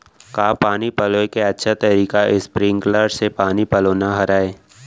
का पानी पलोय के अच्छा तरीका स्प्रिंगकलर से पानी पलोना हरय?